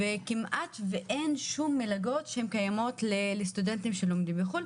וכמעט אין מלגות שקיימות בשביל סטודנטים שלומדים בחו"ל.